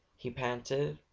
he panted,